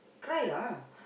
cry lah